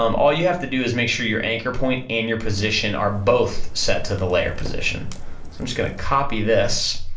um all you have to do is make sure your anchor point and your position are both set to the layer position. so i'm just gonna copy this,